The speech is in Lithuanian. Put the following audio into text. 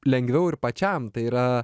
lengviau ir pačiam tai yra